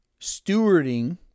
stewarding